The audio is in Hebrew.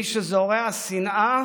מי שזורע שנאה,